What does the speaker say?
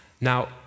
Now